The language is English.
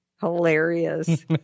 Hilarious